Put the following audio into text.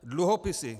Dluhopisy.